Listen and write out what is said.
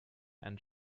and